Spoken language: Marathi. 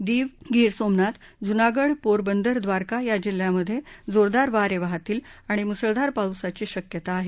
दीव गिर सोमनाथ जूनागड पोरबंदर ड्रारका या जिल्ह्यांमधे जोरदार वारे वाहतील आणि मुसळधार पाऊसाची शक्यता आहे